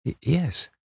Yes